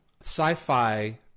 Sci-fi